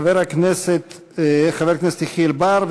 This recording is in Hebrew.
חבר הכנסת יחיאל בר,